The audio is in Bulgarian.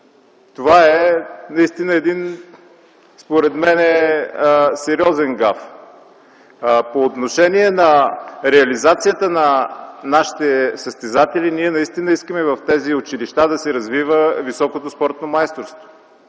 Това е наистина един, според мен, сериозен гаф. По отношение на реализацията на нашите състезатели – ние наистина искаме в тези училища да се развива високото спортното майсторство.